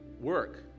work